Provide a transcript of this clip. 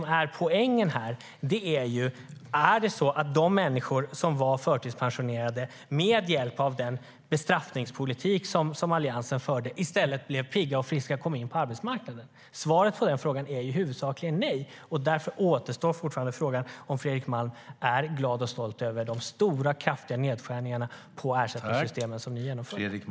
Frågan är om de förtidspensionerade genom den bestraffningspolitik som Alliansen förde i stället blev pigga och friska och kom in på arbetsmarknaden. Svaret på den frågan är huvudsakligen nej. Därför kvarstår frågan om Fredrik Malm är glad och stolt över de stora och kraftiga nedskärningarna i ersättningssystemen som man genomförde.